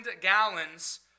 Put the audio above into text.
gallons